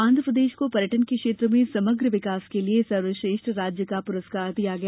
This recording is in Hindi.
आंध्रप्रदेश को पर्यटन के क्षेत्र में समग्र विकास के लिए सर्वश्रेष्ठ राज्य का प्रस्कार दिया गया